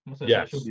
Yes